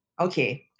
Okay